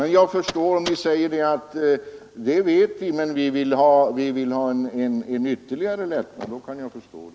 Jag skulle förstå er om ni sade: Det vet vi, men vi vill ha en ytterligare lättnad.